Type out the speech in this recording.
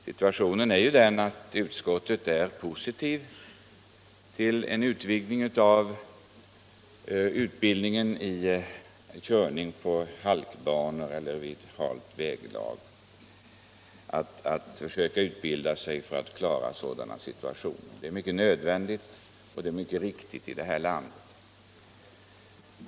Situationen är ju den att utskottet är positivt till en utvidgning av utbildningen i körning på halkbanor eller i halt väglag, dvs. att försöka utbilda blivande bilförare för att klara sådana situationer. Det är nödvändigt och mycket viktigt i det här landet.